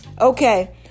Okay